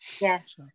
yes